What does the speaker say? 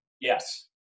yes